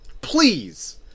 Please